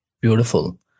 beautiful